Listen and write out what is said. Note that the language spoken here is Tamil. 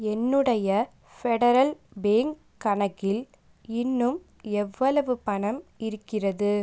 என்னுடைய ஃபெடரல் பேங்க் கணக்கில் இன்னும் எவ்வளவு பணம் இருக்கிறது